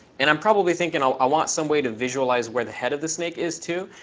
and i'm probably thinking i want some way to visualize where the head of the snake is, too.